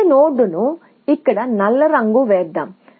node కు ఇక్కడ నల్లగా రంగు వేస్తున్నాను అనుకుందాము